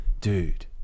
Dude